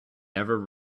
never